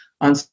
on